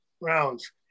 rounds